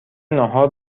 ناهار